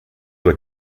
were